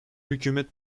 hükümet